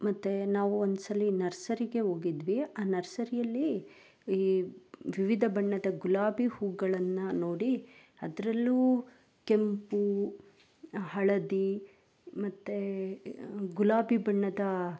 ಮತ್ತೆ ನಾವು ಒಂದ್ಸಲ ನರ್ಸರಿಗೆ ಹೋಗಿದ್ವಿ ಆ ನರ್ಸರಿಯಲ್ಲಿ ಈ ವಿವಿಧ ಬಣ್ಣದ ಗುಲಾಬಿ ಹೂಗಳನ್ನು ನೋಡಿ ಅದ್ರಲ್ಲು ಕೆಂಪು ಹಳದಿ ಮತ್ತು ಗುಲಾಬಿ ಬಣ್ಣದ